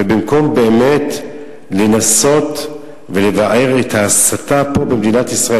ובמקום באמת לנסות ולבער את ההסתה פה במדינת ישראל,